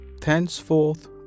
Thenceforth